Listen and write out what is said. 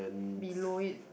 below it